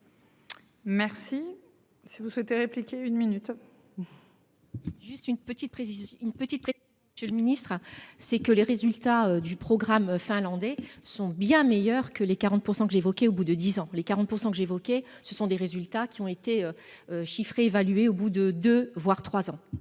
Merci. Si vous souhaitez répliquer une minute. Juste une petite précision, une petite. Chez le ministre a, c'est que les résultats du programme finlandais sont bien meilleurs que les 40% que j'évoquais au bout de 10 ans les 40% que j'évoquais ce sont des résultats qui ont été. Chiffrées évaluer au bout de 2, voire 3 ans.